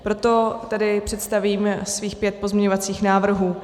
Proto představím svých pět pozměňovacích návrhů.